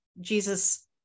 Jesus